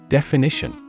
Definition